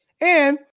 And-